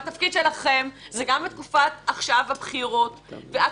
התפקיד שלכם גם עכשיו בבחירות ועד